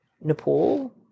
Nepal